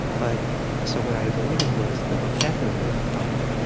but so what i avoided was the vocabulary of color.